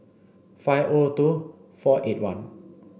five O two four eight one